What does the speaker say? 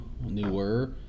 newer